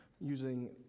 using